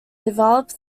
develop